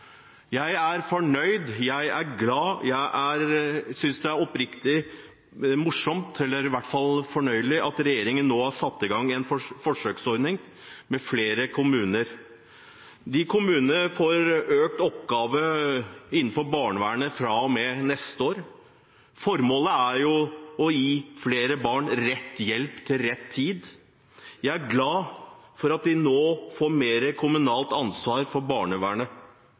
Jeg er fornøyd med, jeg er glad for, jeg synes det er oppriktig morsomt – eller i hvert fall fornøyelig – at regjeringen nå har satt i gang en forsøksordning i flere kommuner. De kommunene får økt ansvar for oppgaver innenfor barnevernet fra og med neste år. Formålet er å gi flere barn rett hjelp til rett tid. Jeg er glad for at de nå får mer ansvar for barnevernet.